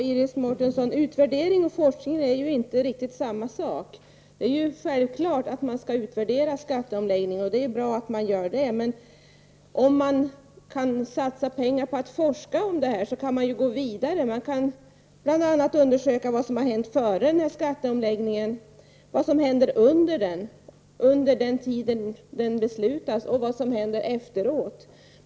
Herr talman! Utvärdering och forskning är inte riktigt samma sak, Iris Mårtensson. Det är självklart att skatteomläggningen skall utvärderas. Det är bra om man gör en utvärdering, men om man satsar pengar till forskning kan man ju gå vidare. Då kan man undersöka bl.a. vad som har hänt före skatteomläggningen, vad som händer under tiden fram till beslutet och vad som händer efteråt.